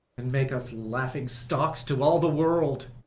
and make us laughing-stocks to all the world.